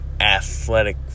athletic